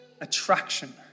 attraction